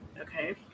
okay